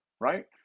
right